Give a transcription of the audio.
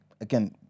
again